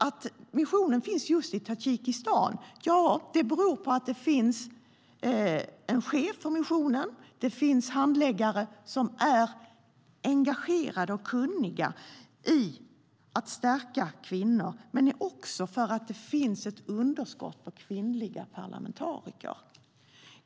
Att den finns just där beror på att missionens chef och handläggare är engagerade och kunniga i att stärka kvinnor, men det är också för att det finns ett underskott på kvinnliga parlamentariker där.